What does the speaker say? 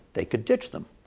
they can ditch them.